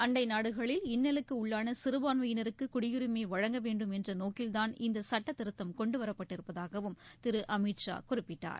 அண்டை நாடுகளில் இன்னலுக்கு உள்ளான சிறுபான்மையினருக்கு குடியுரிமை வழங்க வேண்டும் என்ற நோக்கில் தாள் இந்த திருத்த சட்டம் கொண்டு வரப்பட்டிருப்பதாகவும் திரு அமித் ஷா குறிப்பிட்டார்